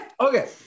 okay